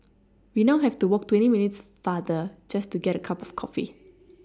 we now have to walk twenty minutes farther just to get a cup of coffee